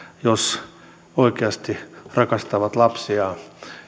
jos oikeasti rakastavat lapsiaan